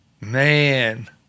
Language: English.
Man